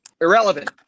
irrelevant